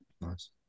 nice